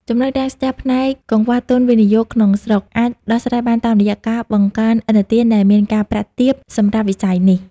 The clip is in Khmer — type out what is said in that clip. ចំណុចរាំងស្ទះផ្នែក "កង្វះទុនវិនិយោគក្នុងស្រុក" អាចដោះស្រាយបានតាមរយៈការបង្កើនឥណទានដែលមានការប្រាក់ទាបសម្រាប់វិស័យនេះ។